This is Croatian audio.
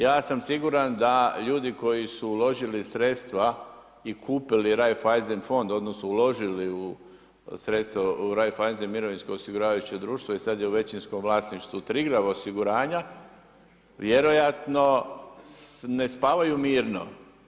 Ja sam siguran da ljudi koji su uložili sredstva i kupili Raiffeisen fond, odnosno uložili u sredstva u Raiffeisen mirovinsko osiguravajuće društvo i sada je u većinskom vlasništvu Triglav osiguranja vjerojatno ne spavaju mirno.